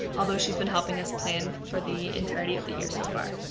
although she's been helping us plan for the entirety of the year so far.